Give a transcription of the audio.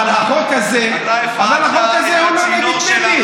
אבל החוק הזה הוא לא נגד ביבי.